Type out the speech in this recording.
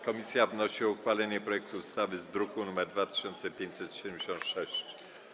Komisja wnosi o uchwalenie projektu ustawy z druku nr 2576.